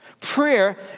Prayer